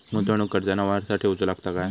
गुंतवणूक करताना वारसा ठेवचो लागता काय?